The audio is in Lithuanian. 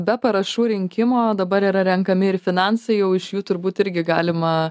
be parašų rinkimo dabar yra renkami ir finansai jau iš jų turbūt irgi galima